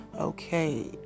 Okay